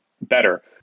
better